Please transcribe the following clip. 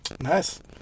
Nice